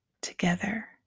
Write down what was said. together